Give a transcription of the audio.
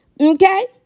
Okay